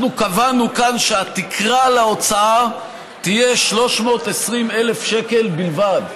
אנחנו קבענו כאן שהתקרה של ההוצאה תהיה 320,000 שקל בלבד.